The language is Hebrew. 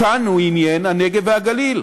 אותנו עניינו הנגב והגליל.